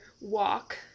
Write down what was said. walk